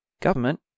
government